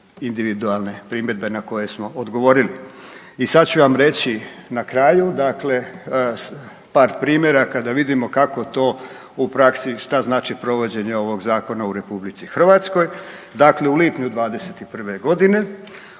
individualne primjedbe na koje smo odgovorili. I sad ću vam reći na kraju, dakle par primjeraka da vidimo kako to u praksi, šta znači provođenje ovog zakona u Republici Hrvatskoj. Dakle, u lipnju 2021. godine